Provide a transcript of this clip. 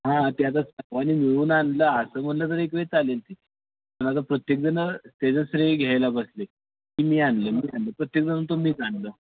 हां ते आता सर्वांनी मिळून आणलं असं म्हणलं तर एकवेळ चालेल पण आता प्रत्येकजण त्याचं श्रेय घ्यायला बसले की मी आणलं मी आणलं प्रत्येकजण तो मीच आणलं